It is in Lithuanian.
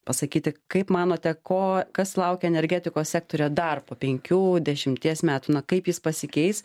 pasakyti kaip manote ko kas laukia energetikos sektoriuje dar po penkių dešimties metų na kaip jis pasikeis